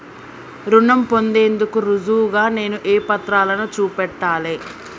రుణం పొందేందుకు రుజువుగా నేను ఏ పత్రాలను చూపెట్టాలె?